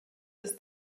ist